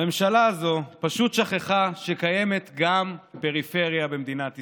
הממשלה הזאת פשוט שכחה שקיימת גם פריפריה במדינת ישראל.